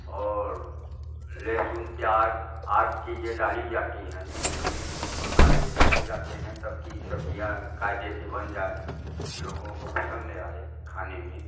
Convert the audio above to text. और लेहसून प्याज आदि चीजें डाली जाती हैं मसाले डाले जाते हैं तब कि सब्जियाँ कायदे से बन जाए लोगों को पसंद आए खाने में